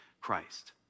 Christ